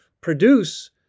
produce